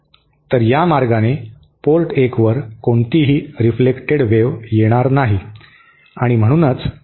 तर या मार्गाने पोर्ट 1 वर कोणतीही रिफ्लेकटेड वेव्ह येणार नाही आणि म्हणूनच एस 11 चे मूल्य शून्य दिसते